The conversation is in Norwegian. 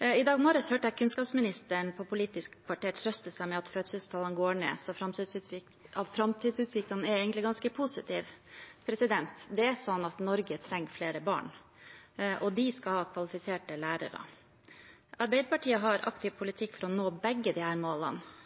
I dag morges hørte jeg kunnskapsministeren, på Politisk kvarter, trøste seg med at fødselstallene går ned, så framtidsutsiktene er egentlig ganske positive. Norge trenger flere barn, og de skal ha kvalifiserte lærere. Arbeiderpartiet har en aktiv